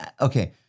okay